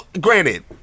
granted